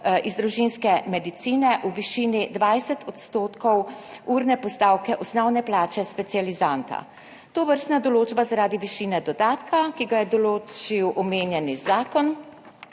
iz družinske medicine v višini 20 % urne postavke osnovne plače specializanta. Tovrstna določba zaradi višine dodatka, ki ga je določil omenjeni zakon,